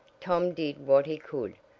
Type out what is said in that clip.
tom did what he could,